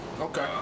Okay